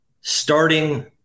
starting